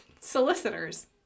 Solicitors